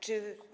Czy.